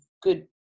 good